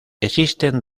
existen